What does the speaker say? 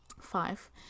five